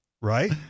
right